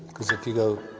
cause if you go.